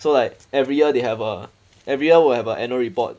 so like every year they have a every year will have a annual report